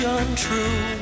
untrue